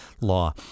law